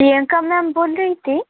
Priyanka ma'am बोल रही थी